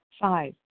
Five